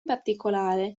particolare